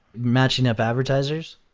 matching up advertisers.